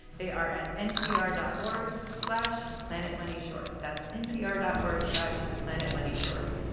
they are at npr dot org slash planetmoneyshorts. that's npr dot org slash planetmoneyshorts.